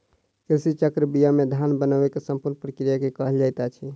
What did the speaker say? कृषि चक्र बीया से धान बनै के संपूर्ण प्रक्रिया के कहल जाइत अछि